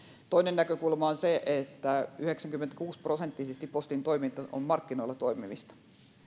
toinen näkökulma on se että yhdeksänkymmentäkuusi prosenttisesti postin toiminta on markkinoilla toimimista